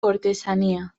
cortesanía